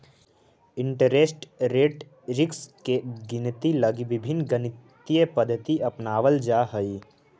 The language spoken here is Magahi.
इंटरेस्ट रेट रिस्क के गिनती लगी विभिन्न गणितीय पद्धति अपनावल जा हई